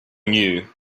knew